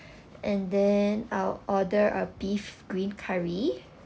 and then I'll order a beef green curry